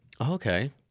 Okay